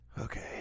okay